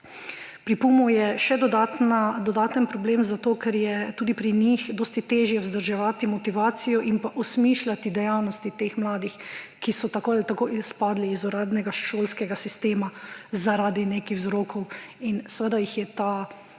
Pri PUM-O je še dodaten problem zato, ker je tudi pri njih dosti težje vzdrževati motivacijo in osmišljati dejavnosti teh mladih, ki so tako ali tako izpadli iz uradnega šolskega sistema zaradi nekih vzrokov. In seveda jih je to